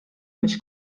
mhix